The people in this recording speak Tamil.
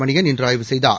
மணியன் இன்று ஆய்வு செய்தார்